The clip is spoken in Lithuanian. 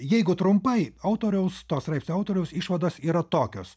jeigu trumpai autoriaus to straipsnio autoriaus išvados yra tokios